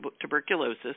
tuberculosis